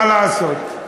מה לעשות,